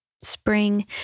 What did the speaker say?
Spring